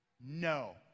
no